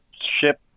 Ship